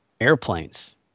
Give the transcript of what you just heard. airplanes